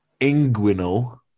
Inguinal